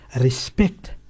respect